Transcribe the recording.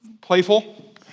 playful